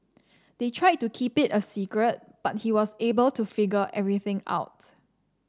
they tried to keep it a secret but he was able to figure everything out